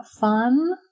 fun